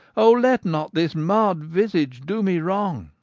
o let not this marred visage do me wrong!